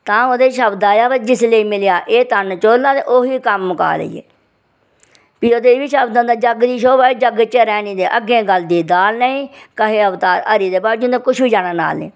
तां ओह्दे च शब्द आया भाई जिस लेई मिलेआ एह् तन चोला ते ओही कम्म मका लेइये ते फ्ही ओह् बी शब्द आंदा जग दी शोभा जग च रैह्नी ते अग्गे गलदी दाल नेईं कहे अवतार हरि दे बाजूं ते कुछ बी जाना नाल नेईं